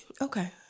Okay